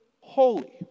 holy